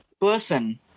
person